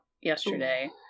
yesterday